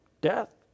death